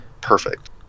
perfect